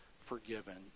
forgiven